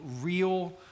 real